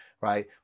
right